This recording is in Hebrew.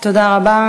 תודה רבה.